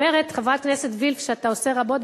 אומרת חברת הכנסת וילף שאתה עושה רבות,